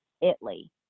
Italy